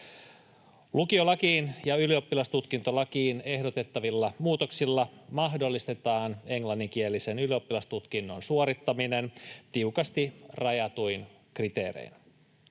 Lukiolakiin ja ylioppilastutkintolakiin ehdotettavilla muutoksilla mahdollistetaan englanninkielisen ylioppilastutkinnon suorittaminen tiukasti rajatuin kriteerein.